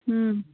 ꯎꯝ